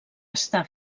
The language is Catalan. està